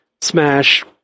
smash